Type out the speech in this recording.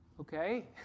okay